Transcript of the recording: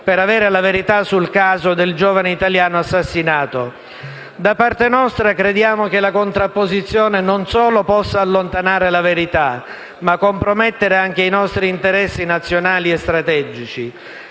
per avere la verità sul caso del giovane italiano assassinato. Da parte nostra, crediamo che la contrapposizione non solo possa allontanare la verità, ma compromettere anche i nostri interessi nazionali e strategici.